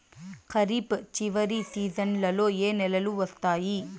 ఖరీఫ్ చివరి సీజన్లలో ఏ నెలలు వస్తాయి?